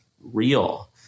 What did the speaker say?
real